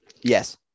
Yes